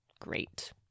great